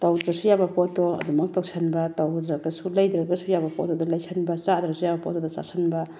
ꯇꯧꯗ꯭ꯔꯁꯨ ꯌꯥꯕ ꯄꯣꯠꯇꯣ ꯑꯗꯨꯃꯛ ꯇꯧꯁꯤꯟꯕ ꯇꯧꯗ꯭ꯔꯒꯁꯨ ꯂꯩꯗ꯭ꯔꯒꯁꯨ ꯌꯥꯕ ꯄꯣꯠꯇꯨꯗ ꯂꯩꯁꯤꯟꯕ ꯆꯥꯗ꯭ꯔꯁꯨ ꯌꯥꯕ ꯄꯣꯠꯇꯨꯗ ꯆꯥꯁꯤꯟꯕ